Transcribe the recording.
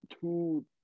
two